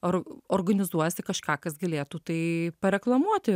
ar organizuosi kažką kas galėtų tai pareklamuoti